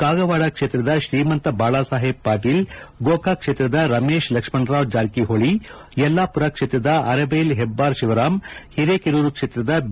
ಕಾಗವಾಡ ಕ್ಷೇತ್ರದ ತ್ರೀಮಂತ್ ಬಾಳಾಸಾಹೇಬ್ ಪಾಟೀಲ್ ಗೋಕಾಕ್ ಕ್ಷೇತ್ರದ ರಮೇಶ್ ಲಕ್ಷ್ಮಣ ರಾವ್ ಜಾರಕಹೊಳಿ ಯಲ್ಲಾಪುರ ಕ್ಷೇತ್ರದ ಅರಬೈಲ್ ಹೆಬ್ಬಾರ್ ಶಿವರಾಮ್ ಹಿರೇಕೆರೂರು ಕ್ಷೇತ್ರದ ಬಿ